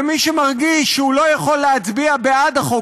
ומי שמרגיש שהוא לא יכול להצביע בעד החוק